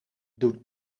doen